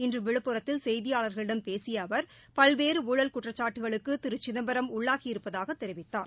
இன்று விழுப்புரத்தில் செய்தியாளர்களிடம் பேசிய அவர் பல்வேறு ஊழல் குற்றச்சாட்டுக்களுக்கு திரு சிதம்பரம் உள்ளாகியிருப்பதாகத் தெரிவித்தார்